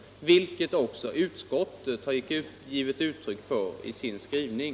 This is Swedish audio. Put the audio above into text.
Detta har också utskottet givit uttryck för i sin skrivning.